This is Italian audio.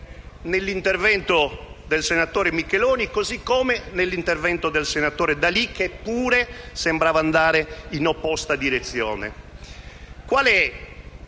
nell'intervento del senatore Micheloni, così come nell'intervento del senatore D'Alì, che pure sembrava andare in opposta direzione.